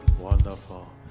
wonderful